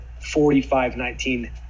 45-19